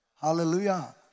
Hallelujah